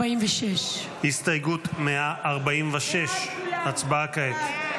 146. הסתייגות 146, הצבעה כעת.